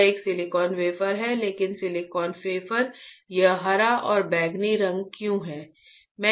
यह एक silicon wafer है लेकिन सिलिकॉन वेफर यह हरा और बैंगनी रंग क्यों है